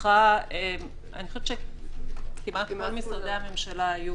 אני חושבת שכמעט כל משרדי הממשלה היו